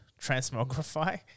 transmogrify